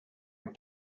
and